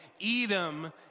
Edom